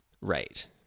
Right